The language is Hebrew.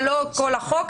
ולא כל החוק.